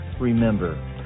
remember